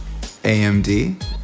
amd